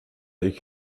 avec